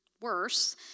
Worse